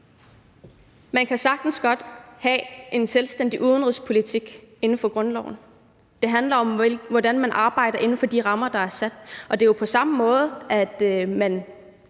Man kan sagtens have en selvstændig udenrigspolitik inden for grundloven; det handler om, hvordan man arbejder inden for de rammer, der er sat. Og det er jo på samme måde, man